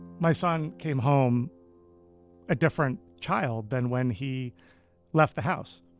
my son came home a different child than when he left the house.